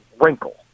wrinkle